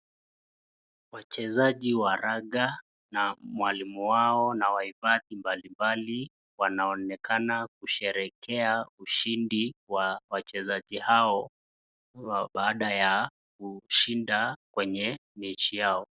Wachezaji wa raga na mwalimu wao na wahifadhi mbalimbali wanaoneka kusherehekea ushindi wa wachezaji hao baada ya kushinda kwenye mechi yao.